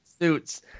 suits